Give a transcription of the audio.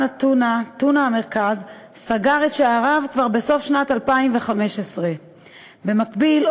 הטונה "טונה המרכז" סגר את שעריו כבר בסוף שנת 2015. במקביל,